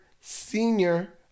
senior